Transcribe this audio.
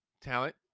talent